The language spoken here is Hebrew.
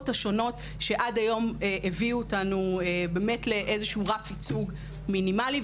השונות שעד היום הביאו אותנו לרף ייצוג מינימלי.